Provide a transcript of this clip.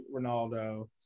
Ronaldo